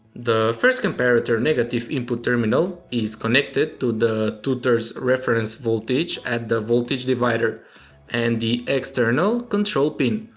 the first comparator negative input terminal is connected to the two three reference voltage at the voltage divider and the external control pin,